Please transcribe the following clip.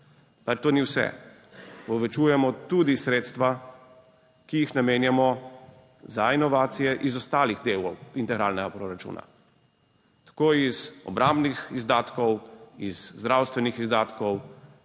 to ni vse, povečujemo tudi sredstva, ki jih namenjamo za inovacije iz ostalih delov integralnega proračuna, tako iz obrambnih izdatkov, iz zdravstvenih izdatkov,